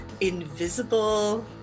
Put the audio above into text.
invisible